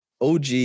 OG